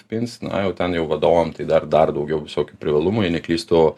pins na jau ten jau vadovam tai dar dar daugiau visokių privalumų jei neklystu